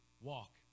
walk